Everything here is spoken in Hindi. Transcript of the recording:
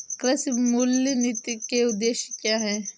कृषि मूल्य नीति के उद्देश्य क्या है?